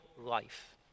life